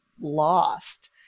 lost